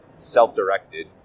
self-directed